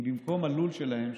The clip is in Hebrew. כי במקום הלול שלהם,